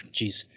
Jeez